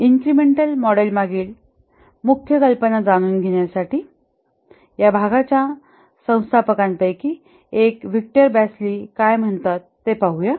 incremental मॉडेलमागील मुख्य कल्पना जाणून घेण्यासाठी या भागाच्या संस्थापकांपैकी एक व्हिक्टर बासिली काय म्हणतात ते पाहू या